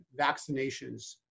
vaccinations